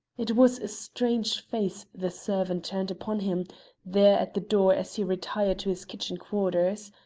it was strange face the servant turned upon him there at the door as he retired to his kitchen quarters.